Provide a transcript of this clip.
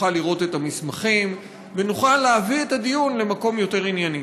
נוכל לראות את המסמכים ונוכל להביא את הדיון למקום ענייני.